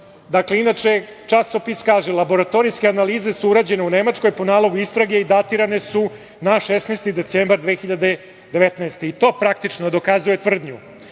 „Jovanjica“.Inače, časopis kaže – laboratorijske analize su urađene u Nemačkoj po nalogu istrage i datirane su na 16. decembar 2019. godine i to praktično dokazuje tvrdnju